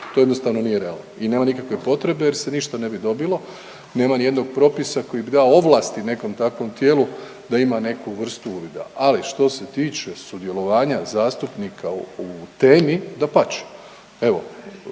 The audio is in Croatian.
To jednostavno nije realno i nema nikakve potrebe jer se ništa ne bi dobilo. Nema ni jednog propisa koji bi dao ovlasti nekom takvom tijelu da ima neku vrstu uvida. Ali što se tiče sudjelovanja zastupnika u temi dapače.